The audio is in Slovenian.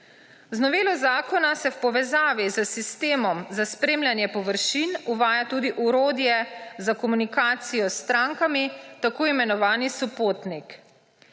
Z novelo zakona se v povezavi s sistemom za spremljanje površin uvaja tudi orodje za komunikacijo s strankami, tako imenovani SOPOTNIK.